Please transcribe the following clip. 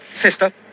Sister